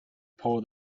pulled